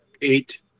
eight